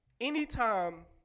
anytime